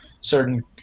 certain